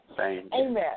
amen